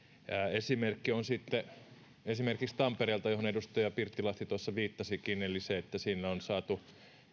esimerkki on tampereelta johon edustaja pirttilahti tuossa viittasikin eli se että sinne on saatu